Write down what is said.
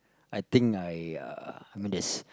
I think I uh I mean it's